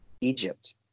Egypt